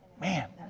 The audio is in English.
Man